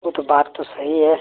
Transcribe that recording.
वो तो बात तो सही है